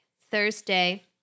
Thursday